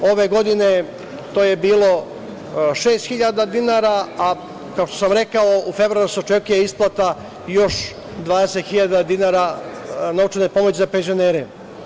Ove godine to je bilo 6.000 dinara, a kao što sam rekao u februaru se očekuje isplata još 20.000 dinara novčane pomoći za penzionere.